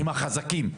והם החזקים.